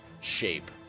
shape